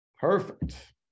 perfect